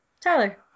Tyler